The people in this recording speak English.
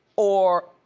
or